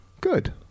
good